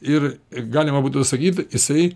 ir galima būtų sakyt jisai